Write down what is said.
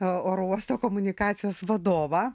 oro uosto komunikacijos vadovą